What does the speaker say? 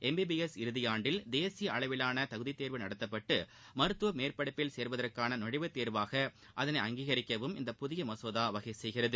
MBBS இறுதி ஆண்டில் தேசிய அளவிவான தகுதித்தேர்வு நடத்தப்பட்டு மருத்துவ மேற்படிப்பில் சேருவதற்கான நுழைவுத்தேர்வாக அதனை அங்கீகரிக்கவும் இந்த புதிய மசோதா வகை செய்கிறது